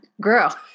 girl